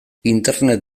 internet